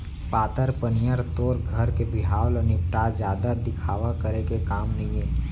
पातर पनियर तोर घर के बिहाव ल निपटा, जादा दिखावा करे के काम नइये